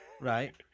Right